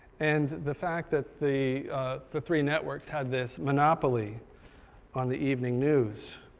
and the fact that the the three networks had this monopoly on the evening news.